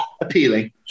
appealing